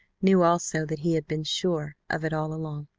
knew also that he had been sure of it all along.